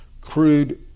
crude